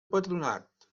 patronat